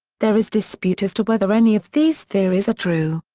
there is dispute as to whether any of these theories are true.